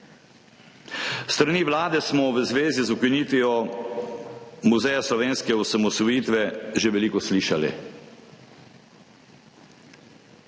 S strani Vlade smo v zvezi z ukinitvijo Muzeja slovenske osamosvojitve že veliko slišali.